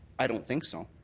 i don't think so.